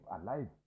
alive